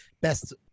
best